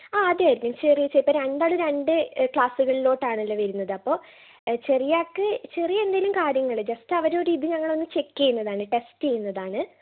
അ അതെ അതെ ഇപ്പോൾ രണ്ടാള് രണ്ട് ക്ലാസ്സുകളിലോട്ട് ആണല്ലോ വരുന്നത് അപ്പോൾ ചെറിയ ആൾക്ക് ചെറിയ എന്തെങ്കിലും കാര്യങ്ങള് ജസ്റ്റ് അവരെ ഒരു ഇത് ചെക്ക് ചെയ്യുന്നതാണ് ടെസ്റ്റ് ചെയ്യുന്നതാണ്